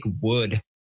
wood